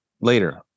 later